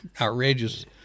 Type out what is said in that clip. outrageous